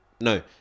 No